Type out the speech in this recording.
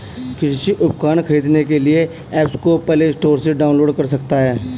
कृषि उपकरण खरीदने के लिए एप्स को प्ले स्टोर से डाउनलोड कर सकते हैं